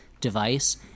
device